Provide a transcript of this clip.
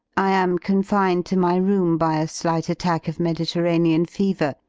i am confined to my room by a slight attack of mediterranean fever,